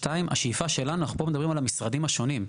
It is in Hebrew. שניים, אנחנו פה מדברים על המשרדים השונים.